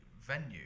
venue